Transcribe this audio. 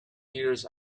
years